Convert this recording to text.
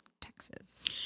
Texas